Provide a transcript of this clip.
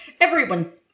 everyone's